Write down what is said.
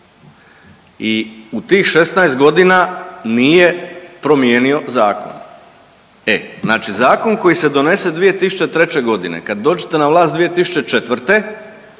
i u tih 16.g. nije promijenio zakon, e znači zakon koji se donese 2003.g. kad dođete na vlast 2004. možete